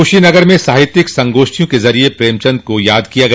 कुशीनगर में साहित्यिक संगोष्ठियों के जरिये प्रेमचन्द को याद किया गया